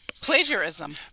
Plagiarism